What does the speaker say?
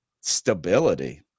stability